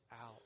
out